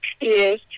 Yes